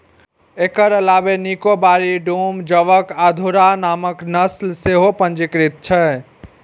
एकर अलावे निकोबारी, डूम, जोवॉक आ घुर्राह नामक नस्ल सेहो पंजीकृत छै